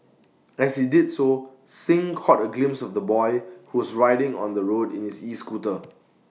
as he did so Singh caught A glimpse of the boy who was riding on the road in his escooter